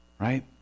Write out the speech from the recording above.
right